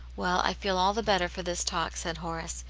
well, i feel all the better for this talk, said horace.